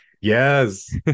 yes